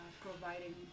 providing